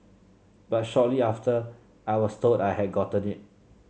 but shortly after I was told I had gotten it